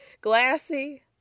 glassy